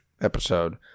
episode